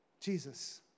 Jesus